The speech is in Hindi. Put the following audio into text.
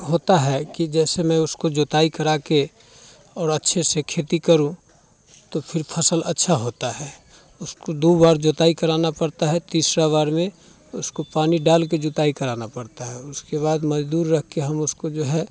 होता है कि जैसे मैं उसको जोताई करा के और अच्छे से खेती करूँ तो फिर फसल अच्छा होता है उसको दो बार जोताई कराना पड़ता है तीसरा बार में उसको पानी डाल के जोताई कराना पड़ता है उसके बाद मजदूर रखे हैं हम उसको जो है